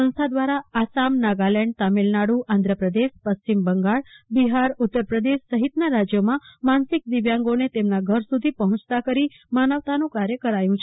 સંસ્થા દ્વારા આસામ નાગાલેન્ડ તામિલનાડુ આંધ્રપ્રદેશ પશ્ચિમ બંગાળ બિહાર ઉત્તરપ્રદેશ સહિતના રાજ્યોમાં માનસિક દિવ્યાંગોને તેમના ઘર સુધી પહોંચતા કરી માનવતાનું કાર્ય કર્યું છે